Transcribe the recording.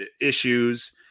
issues